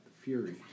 Fury